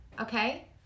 okay